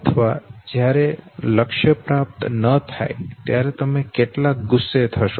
અથવા જ્યારે લક્ષ્ય પ્રાપ્ત ન થાય ત્યારે તમે કેટલા ગુસ્સે થશો